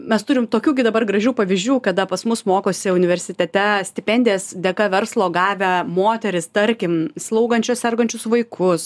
mes turim tokių gi dabar gražių pavyzdžių kada pas mus mokosi universitete stipendijas dėka verslo gavę moterys tarkim slaugančios sergančius vaikus